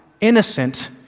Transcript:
innocent